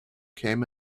came